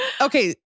Okay